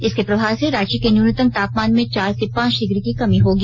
इसके प्रभाव से रांची के न्यूनतम तापमान में चार से पांच डिग्री की कमी होगी